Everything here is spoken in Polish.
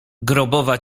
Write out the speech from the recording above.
grobowa